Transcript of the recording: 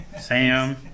Sam